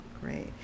Great